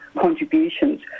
contributions